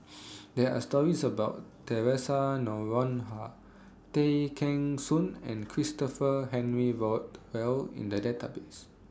There Are stories about Theresa Noronha Tay Kheng Soon and Christopher Henry Rothwell in The Database